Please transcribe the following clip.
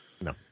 No